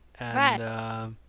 Right